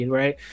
right